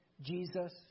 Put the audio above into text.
Jesus